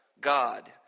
God